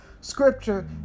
scripture